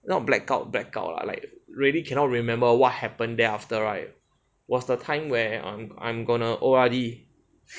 not blackout blackout lah like really cannot remember what happened there after right was the time where um I'm gonna O_R_D